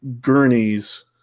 gurneys